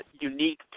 unique